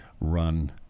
run